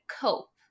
cope